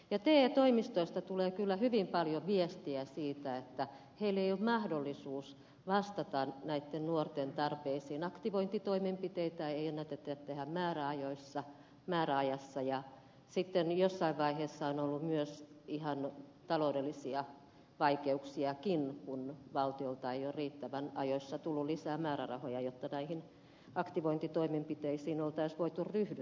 te toimistoista tulee kyllä hyvin paljon viestiä siitä että heillä ei ole mahdollisuutta vastata näitten nuorten tarpeisiin aktivointitoimenpiteitä ei ennätetä tehdä määräajassa ja sitten jossain vaiheessa on ollut myös ihan taloudellisia vaikeuksiakin kun valtiolta ei ole riittävän ajoissa tullut lisää määrärahoja jotta näihin aktivointitoimenpiteisiin olisi voitu ryhtyä